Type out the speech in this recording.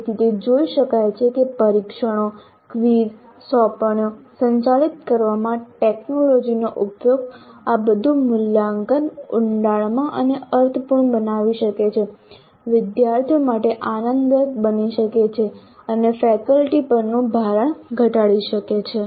તેથી તે જોઈ શકાય છે કે પરીક્ષણો ક્વિઝ સોંપણીઓ સંચાલિત કરવામાં ટેકનોલોજીનો ઉપયોગ આ બધું મૂલ્યાંકન ઉડાણમાં અને અર્થપૂર્ણ બનાવી શકે છે વિદ્યાર્થીઓ માટે આનંદદાયક બની શકે છે અને ફેકલ્ટી પરનું ભારણ ઘટાડી શકે છે